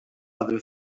other